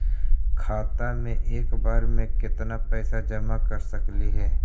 खाता मे एक बार मे केत्ना पैसा जमा कर सकली हे?